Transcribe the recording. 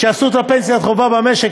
כשעשו את פנסיית החובה במשק,